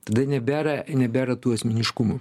tada nebėra nebėra tų asmeniškumų